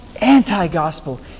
anti-gospel